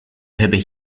hebben